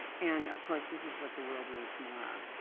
and of course, this is what the world needs more of.